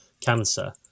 cancer